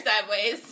sideways